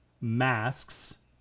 masks